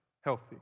healthy